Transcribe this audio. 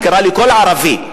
יקרה לכל ערבי.